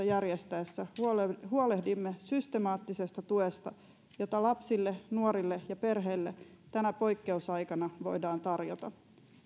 järjestettäessä huolehdimme huolehdimme systemaattisesta tuesta jota lapsille nuorille ja perheille tänä poikkeusaikana voidaan tarjota